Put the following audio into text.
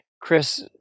Chris